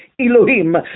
Elohim